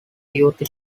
youth